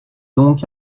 donc